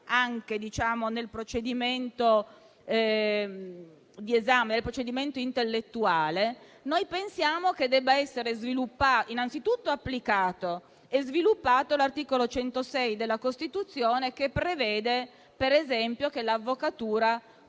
anche nel procedimento di esame e intellettuale, pensiamo che debba essere innanzitutto applicato e poi sviluppato l'articolo 106 della Costituzione, che prevede che l'avvocatura